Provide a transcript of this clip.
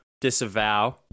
disavow